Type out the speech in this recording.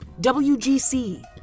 WGC